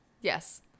Yes